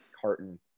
carton